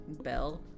bell